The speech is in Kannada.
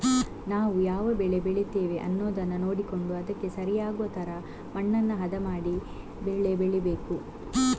ನಾವು ಯಾವ ಬೆಳೆ ಬೆಳೀತೇವೆ ಅನ್ನುದನ್ನ ನೋಡಿಕೊಂಡು ಅದಕ್ಕೆ ಸರಿ ಆಗುವ ತರ ಮಣ್ಣನ್ನ ಹದ ಮಾಡಿ ಬೆಳೆ ಬೆಳೀಬೇಕು